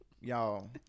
y'all